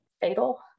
fatal